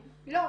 לא,